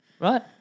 Right